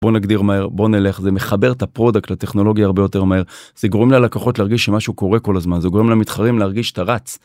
בוא נגדיר מהר בוא נלך זה מחבר את הפרודקט לטכנולוגיה הרבה יותר מהר זה גורם ללקוחות להרגיש שמשהו קורה כל הזמן זה גורם למתחרים להרגיש שאתה רץ.